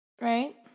Right